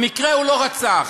במקרה הוא לא רצח,